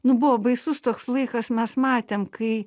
nu buvo baisus toks laikas mes matėm kai